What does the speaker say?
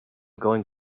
going